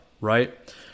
right